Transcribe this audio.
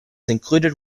included